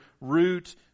root